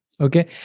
Okay